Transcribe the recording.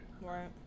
Right